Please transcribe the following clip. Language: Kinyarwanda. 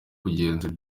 kugenzura